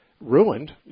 ruined